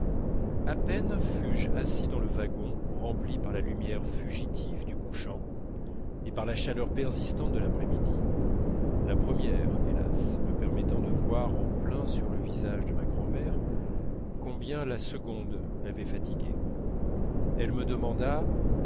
à peine fus-je assis dans le wagon rempli par la lumière fugitive du couchant et par la chaleur persistante de l'après-midi la première hélas me permettant de voir en plein sur le visage de ma grand'mère combien la seconde l'avait fatiguée elle me demanda